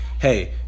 hey